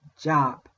job